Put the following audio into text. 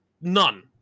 None